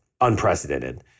unprecedented